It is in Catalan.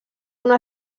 una